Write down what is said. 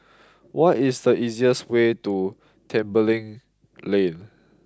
what is the easiest way to Tembeling Lane